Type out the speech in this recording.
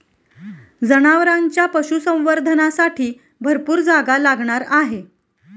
जनावरांच्या पशुसंवर्धनासाठी भरपूर जागा लागणार आहे